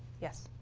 yes.